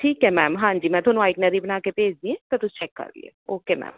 ਠੀਕ ਹੈ ਮੈਮ ਹਾਂਜੀ ਮੈਂ ਤੁਹਾਨੂੰ ਆਈਟਨਰੀ ਬਣਾ ਕੇ ਭੇਜਦੀ ਹਾਂ ਤਾਂ ਤੁਸੀਂ ਚੈੱਕ ਕਰ ਲਿਓ ਓਕੇ ਮੈਮ